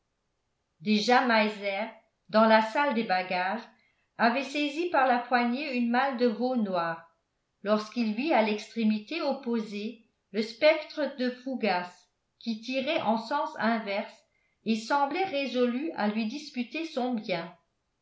déjà meiser dans la salle des bagages avait saisi par la poignée une malle de veau noir lorsqu'il vit à l'extrémité opposée le spectre de fougas qui tirait en sens inverse et semblait résolu à lui disputer son bien